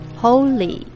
Holy 》 。